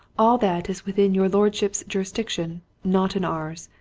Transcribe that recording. all that is within your lordship's jurisdiction not in ours.